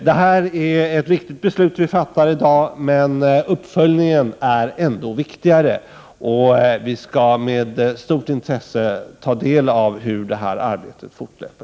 Det beslut vi fattar i dag är viktigt, men uppföljningen är ändå viktigare. Vi skall med stort intresse ta del av hur detta arbete fortlöper.